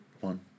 One